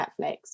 Netflix